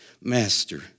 master